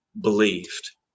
believed